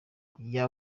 muri